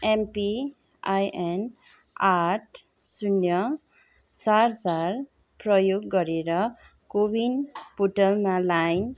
an P I N आठ शून्य चार चार प्रयोग गरेर कोविन पोर्टलमा लाइन